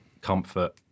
comfort